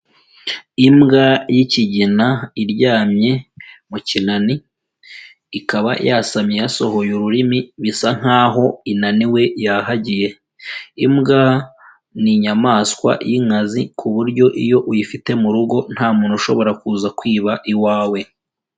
Imbwa y'ikigina, iryamye mu kinani, ikaba yasamye yasohoye ururimi, bisa nkaho inaniwe, yahagiye. Imbwa ni inyamaswa y'inkazi ku buryo iyo uyifite mu rugo ntamuntu ushobora kuza kwiba iwawe.